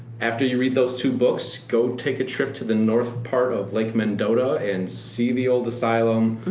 after you read those two books go take a trip to the north part of lake mendota and see the old asylum.